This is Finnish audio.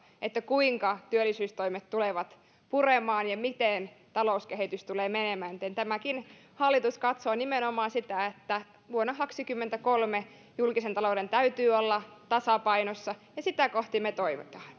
kuinka työllisyystoimet tulevat puremaan ja miten talouskehitys tulee menemään joten tämäkin hallitus katsoo nimenomaan sitä että vuonna kaksikymmentäkolme julkisen talouden täytyy olla tasapainossa ja sitä kohti me